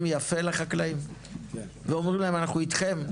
יפה לחקלאים ואומרים להם אנחנו איתכם?